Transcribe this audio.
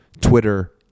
Twitter